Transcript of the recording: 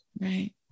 Right